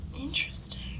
Interesting